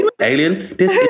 alien